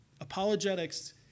Apologetics